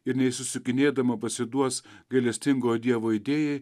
ir neišsisukinėdama pasiduos gailestingojo dievo idėjai